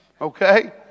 okay